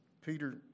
Peter